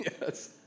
Yes